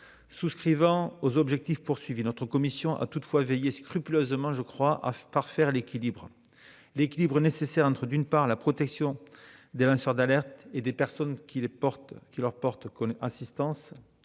Souscrivant à ces objectifs, la commission a toutefois veillé, scrupuleusement, me semble-t-il, à parfaire l'équilibre nécessaire entre, d'une part, la protection des lanceurs d'alerte et des personnes qui leur portent assistance